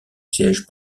siège